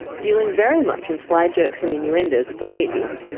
dealing very much in sly jokes and innuendoes with the ladies,